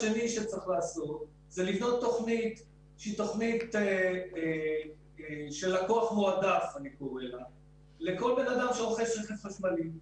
זה לבנות תוכנית של לקוח מועדף לכל בן אדם שרוכש רכב חשמלי.